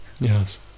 Yes